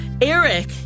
Eric